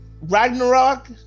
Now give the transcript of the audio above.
Ragnarok